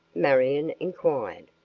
marion inquired.